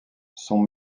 son